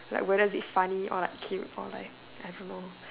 like would that be funny or like cute or like I don't know